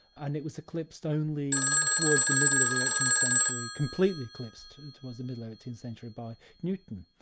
and it was eclipsed only towards the middle of the eighteenth century, completely eclipsed towards the middle eighteenth century by newton.